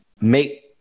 make